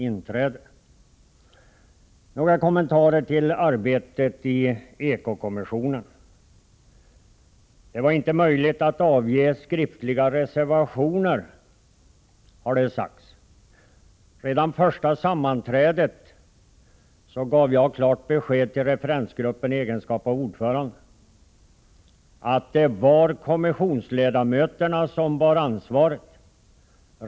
Så några kommentarer till arbetet i eko-kommissionen. Det var inte möjligt att avge skriftliga reservationer, har det sagts. Redan under första sammanträdet gav jag i egenskap av ordförande klart besked till referensgruppen att det var kommissionsledamöterna som bar ansvaret.